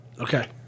Okay